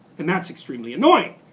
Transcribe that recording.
and that's extremely annoying.